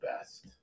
best